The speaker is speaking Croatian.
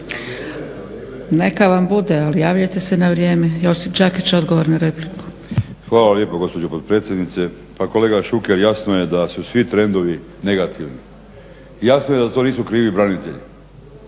Neka vam bude ali javljajte se na vrijeme. Josip Đakić, odgovor na repliku. **Đakić, Josip (HDZ)** Hvala lijepo gospođo potpredsjednice. Pa kolega Šuker, jasno je da su svi trendovi negativni. Jasno je da to nisu krivi branitelji